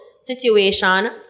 situation